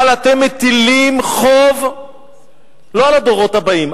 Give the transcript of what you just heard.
אבל אתם מטילים חוב לא על הדורות הבאים,